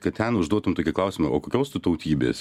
kad ten užduotum tokį klausimą o kokios tu tautybės